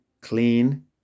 clean